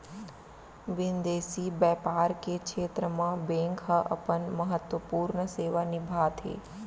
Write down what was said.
बिंदेसी बैपार के छेत्र म बेंक ह अपन महत्वपूर्न सेवा निभाथे